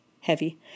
heavy